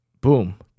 boom